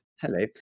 Hello